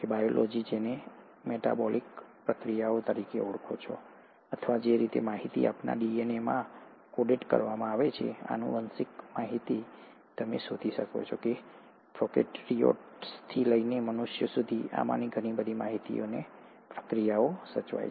biology જેને તમે metabolic પ્રતિક્રિયાઓ તરીકે ઓળખો છો અથવા જે રીતે માહિતી આપણા ડીએનએમાં કોડેડ કરવામાં આવે છે આનુવંશિક માહિતી તમે શોધી શકો છો કે પ્રોકેરિયોટ્સથી લઈને મનુષ્યો સુધી આમાંની ઘણી બધી માહિતી અને પ્રક્રિયાઓ સચવાય છે